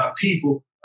people